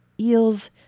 eels